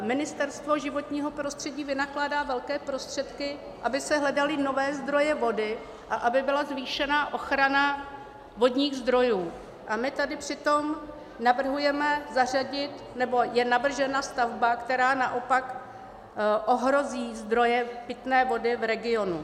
Ministerstvo životního prostředí vynakládá velké prostředky, aby se hledaly nové zdroje vody a aby byla zvýšená ochrana vodních zdrojů, a my tady přitom navrhujeme zařadit nebo je navržena stavba, která naopak ohrozí zdroje pitné vody v regionu.